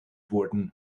wurden